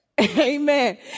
Amen